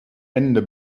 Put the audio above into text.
ende